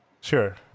Sure